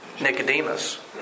Nicodemus